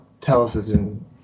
television